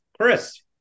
Chris